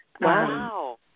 Wow